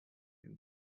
and